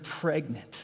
pregnant